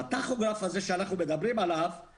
בטכוגרף הזה שאנחנו מדברים עליו זה